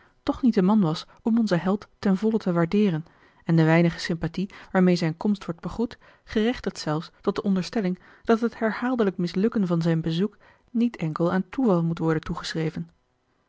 toch niet de man was om onzen held ten volle te waardeeren en de weinige sympathie waarmeê zijne komst wordt begroet gerechtigt zelfs tot de onderstelling dat het herhaaldelijk mislukken van zijn bezoek niet enkel aan toeval moet worden